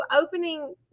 opening